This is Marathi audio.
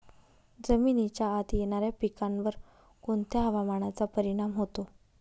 जमिनीच्या आत येणाऱ्या पिकांवर कोणत्या हवामानाचा परिणाम होतो?